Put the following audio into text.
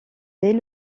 dès